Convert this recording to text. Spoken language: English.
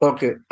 Okay